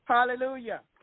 Hallelujah